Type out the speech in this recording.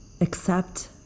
accept